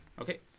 Okay